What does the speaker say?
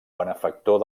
benefactor